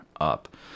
up